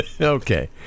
Okay